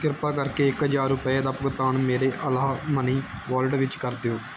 ਕਿਰਪਾ ਕਰਕੇ ਇੱਕ ਹਜ਼ਾਰ ਰੁਪਏ ਦਾ ਭੁਗਤਾਨ ਮੇਰੇ ਇਲਾਹਾ ਮਨੀ ਵਾਲਟ ਵਿੱਚ ਕਰ ਦਿਓ